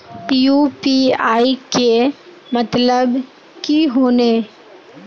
UPI के मतलब की होने?